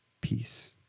peace